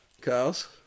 Kyle's